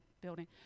building